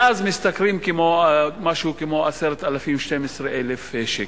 ואז משתכרים משהו כמו 10,000 12,000 שקל.